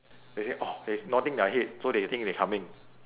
they say oh they is nodding their head so they think they coming